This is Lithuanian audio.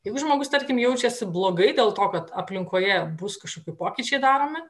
jeigu žmogus tarkim jaučiasi blogai dėl to kad aplinkoje bus kažkokie pokyčiai daromi